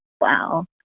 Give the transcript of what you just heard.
wow